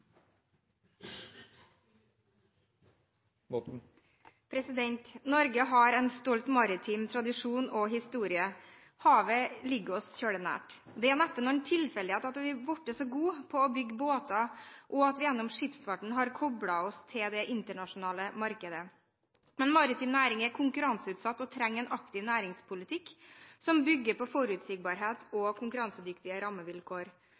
Norge har en stolt maritim tradisjon og historie. Havet ligger oss svært nært. Det er neppe noen tilfeldighet at vi har blitt så gode på å bygge båter, og at vi gjennom skipsfarten har koblet oss til det internasjonale markedet. Men maritim næring er konkurranseutsatt og trenger en aktiv næringspolitikk som bygger på forutsigbarhet og konkurransedyktige rammevilkår.